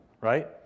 right